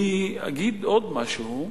אני אגיד עוד משהו: